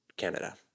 Canada